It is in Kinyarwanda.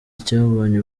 cyabonye